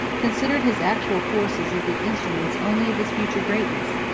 considered his actual forces as the instruments only of his future greatness,